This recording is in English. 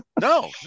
no